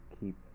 keep